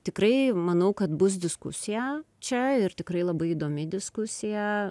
tikrai manau kad bus diskusija čia ir tikrai labai įdomi diskusija